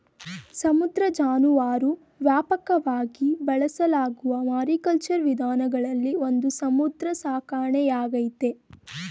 ಸಮುದ್ರ ಜಾನುವಾರು ವ್ಯಾಪಕವಾಗಿ ಬಳಸಲಾಗುವ ಮಾರಿಕಲ್ಚರ್ ವಿಧಾನಗಳಲ್ಲಿ ಒಂದು ಸಮುದ್ರ ಸಾಕಣೆಯಾಗೈತೆ